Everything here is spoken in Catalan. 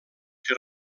que